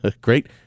great